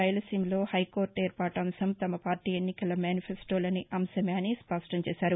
రాయలసీమలో హైకోర్లు ఏర్పాటు అంశం తమ పార్లీ ఎన్నికల మేనిఫెస్టోలోని అంశమే అని స్పష్టం చేశారు